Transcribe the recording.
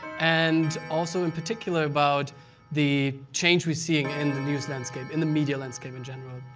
and also, in particular, about the change we're seeing in the news landscape, in the media landscape in general,